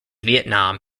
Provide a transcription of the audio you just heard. vietnam